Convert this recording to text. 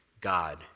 God